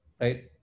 right